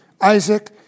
Isaac